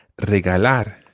regalar